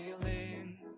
feeling